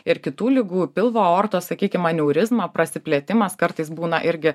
ir kitų ligų pilvo aortos sakykim aneurizma prasiplėtimas kartais būna irgi